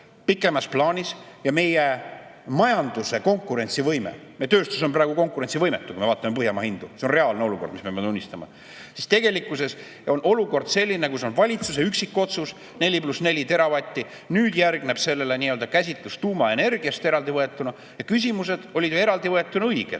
pikemas plaanis ja meie majanduse konkurentsivõime. Me tööstus on praegu konkurentsivõimetu, kui me vaatame Põhjamaa hindu, see on reaalne olukord, me peame tunnistama. Tegelikkuses on olukord selline, kus on valitsuse üksikotsus 4 + 4 teravatti. Nüüd järgneb sellele nii-öelda käsitlus tuumaenergiast eraldi võetuna. Küsimused olid ju eraldi võetuna õiged.